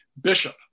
Bishop